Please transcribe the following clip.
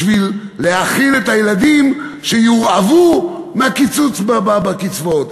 בשביל להאכיל את הילדים שיורעבו מהקיצוץ בקצבאות.